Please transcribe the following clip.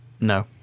No